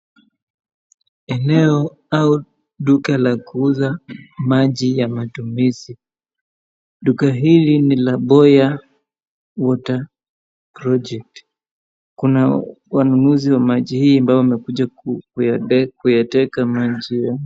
Eneo au duka la kuuza maji ya matumizi. Duka hili ni la Boya Water Project . Kuna wanunuzi wa maji hii ambao wamekuja kuyateka maji haya.